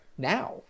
now